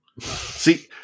See